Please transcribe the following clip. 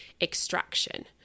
extraction